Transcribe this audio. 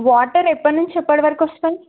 water ఎప్పటి నుంచి ఎప్పటివరకు వస్తాయి